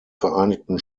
vereinigten